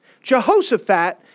Jehoshaphat